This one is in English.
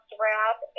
wrap